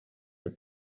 but